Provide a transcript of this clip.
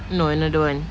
no another one